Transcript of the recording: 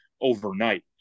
overnight